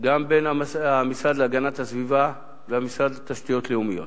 גם בין המשרד להגנת הסביבה והמשרד לתשתיות לאומיות.